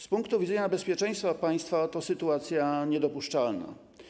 Z punktu widzenia bezpieczeństwa państwa to sytuacja niedopuszczalna.